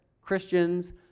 Christians